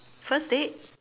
first date